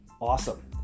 awesome